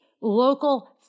local